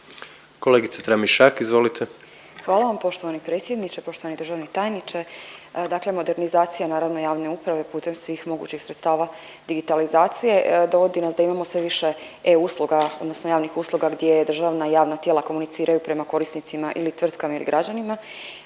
izvolite. **Tramišak, Nataša (HDZ)** Hvala vam. Poštovani predsjedniče, poštovani državni tajniče. Dakle, modernizacija naravno javne uprave putem svih mogućih sredstava digitalizacije dovodi nas da imamo sve više e-Usluga odnosno javnih usluga gdje državna i javna tijela komuniciraju prema korisnicima ili tvrtkama ili građanima.